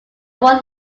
one